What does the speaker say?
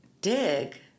dig